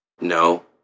No